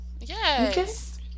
yes